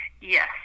Yes